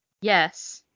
Yes